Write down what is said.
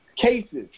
cases